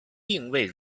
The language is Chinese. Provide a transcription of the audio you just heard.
并未